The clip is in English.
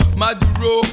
maduro